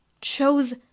chose